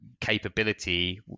capability